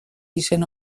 izen